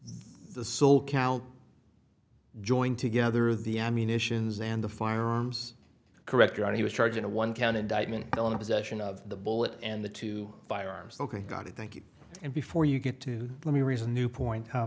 the soul count joined together the ammunitions and the firearms correct or not he was charged in a one count indictment on the possession of the bullet and the two firearms ok got it thank you and before you get to let me reason new point